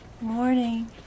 Morning